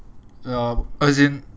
ya as in